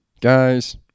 Guys